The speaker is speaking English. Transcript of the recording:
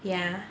ya